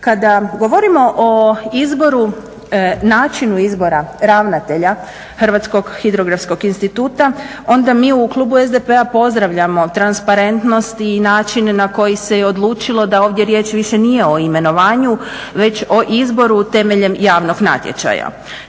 Kada govorimo o načinu izbora ravnatelja Hrvatskog hidrografski instituta onda mi u klubu SDP-a pozdravljamo transparentnost i način na koji se odlučilo da ovdje riječ više nije o imenovanju već o izboru temeljem javnog natječaja.